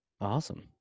Awesome